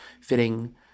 fitting